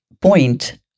point